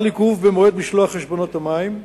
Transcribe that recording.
חל עיכוב במועד משלוח חשבונות המים,